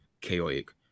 chaotic